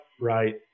right